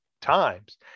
times